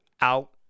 out